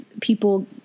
people